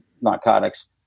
narcotics